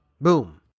Boom